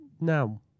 Now